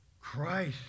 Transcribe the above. Christ